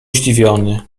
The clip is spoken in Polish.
zdziwiony